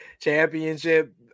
championship